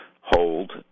hold